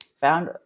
found